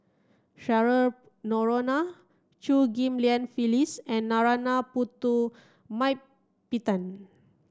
Cheryl Noronha Chew Ghim Lian Phyllis and Narana Putumaippittan